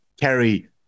Kerry